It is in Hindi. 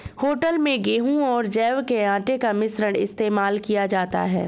होटल में गेहूं और जौ के आटे का मिश्रण इस्तेमाल किया जाता है